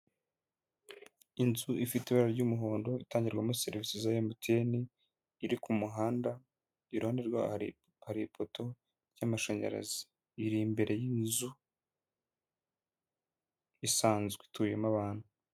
Inzu ifite ibara ry'umuhondo itangirwamo serivisi za MTN, iri ku muhanda, iruhande rwayo hari ipoto ry'amashanyarazi. Iri imbere y'inzu isanzwe ituyemo abantu.